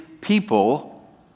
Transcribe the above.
people